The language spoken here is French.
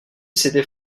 s’était